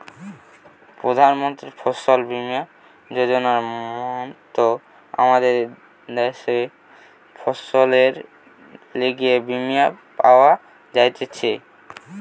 প্রধান মন্ত্রী ফসল বীমা যোজনার মত আমদের দ্যাশে ফসলের লিগে বীমা পাওয়া যাইতেছে